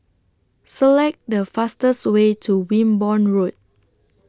Select The fastest Way to Wimborne Road